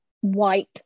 white